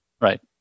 Right